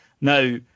Now